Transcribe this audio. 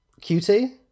QT